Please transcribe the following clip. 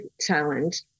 challenge